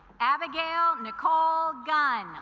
abigail nicole gun